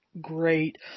great